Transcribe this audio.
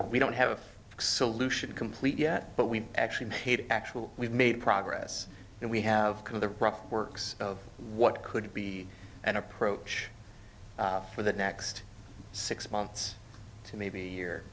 we don't have a solution complete yet but we actually paid actually we've made progress and we have the rough works of what could be an approach for the next six months to maybe a year